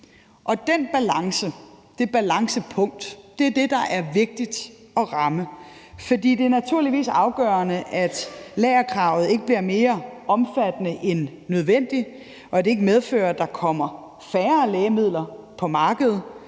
den balance, det balancepunkt, er det, der er vigtigt at ramme. For det er naturligvis afgørende, at lagerkravet ikke bliver mere omfattende end nødvendigt, og at det ikke medfører, at der kommer færre lægemidler på markedet.